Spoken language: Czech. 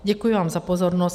Děkuji vám za pozornost.